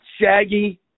shaggy